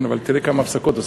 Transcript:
כן, אבל תראה כמה הפסקות עושים.